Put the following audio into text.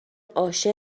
عاشق